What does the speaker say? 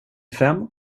fem